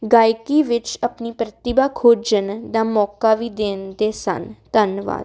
ਗਾਇਕੀ ਵਿੱਚ ਆਪਣੀ ਪ੍ਰਤਿਭਾ ਖੋਜਣ ਦਾ ਮੌਕਾ ਵੀ ਦਿੰਦੇ ਸਨ ਧੰਨਵਾਦ